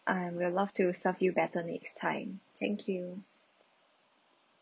uh we'll love to serve you better next time thank you